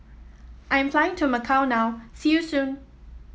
I am flying to Macau now see you soon